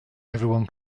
everyone